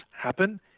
happen